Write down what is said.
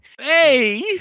Hey